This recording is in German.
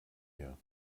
mehr